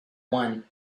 one